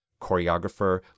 choreographer